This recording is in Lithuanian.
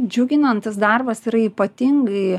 džiuginantis darbas yra ypatingai